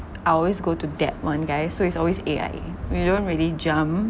I always go to that one guy so it's always A_I_A we don't really jump